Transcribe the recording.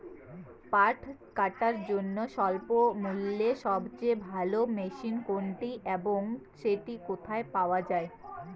পাট কাটার জন্য স্বল্পমূল্যে সবচেয়ে ভালো মেশিন কোনটি এবং সেটি কোথায় পাওয়া য়ায়?